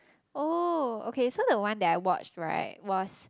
oh okay so the one that I watched right was